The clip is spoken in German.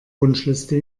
wunschliste